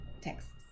texts